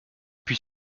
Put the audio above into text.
puis